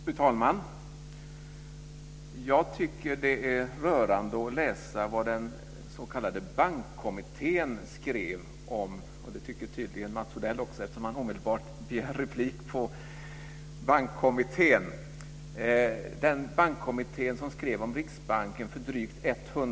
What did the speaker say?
Fru talman! Jag tycker att det är rörande att läsa vad den s.k. bankkommittén skrev om Riksbanken för drygt 100 år sedan - och det tycker tydligen Mats Odell också eftersom han omedelbart begär replik.